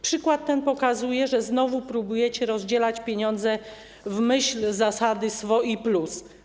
Przykład ten pokazuje, że znowu próbujecie rozdzielać pieniądze w myśl zasady „swoi+”